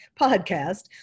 podcast